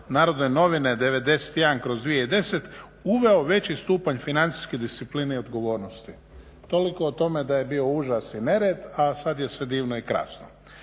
sredstvima NN 99/2010. uveo veći stupanj financijske discipline i odgovornosti. Toliko o tome da je bio užas i nered a sad je sve divno i krasno.